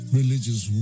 religious